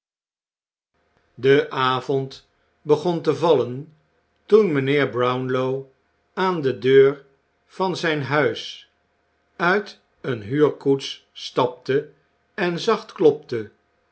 de avond begon te vallen toen mijnheer brownlow aan de deur van zijn huis uit eene huurkoets stapte en zacht klopte